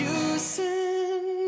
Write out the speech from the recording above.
using